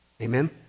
Amen